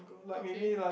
okay